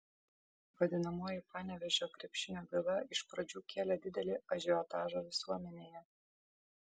vadinamoji panevėžio krepšinio byla iš pradžių kėlė didelį ažiotažą visuomenėje